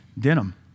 denim